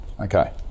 okay